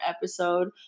episode